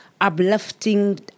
uplifting